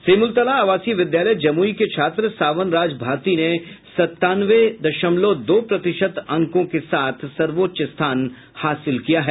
सिमुलतला आवासीय विद्यालय जमुई के छात्र सावन राज भारती ने संतानवे दशमलव दो प्रतिशत अंकों के साथ सर्वोच्च स्थान हासिल किया है